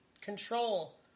control